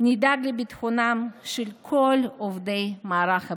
נדאג לביטחונם של כל עובדי מערך הבריאות.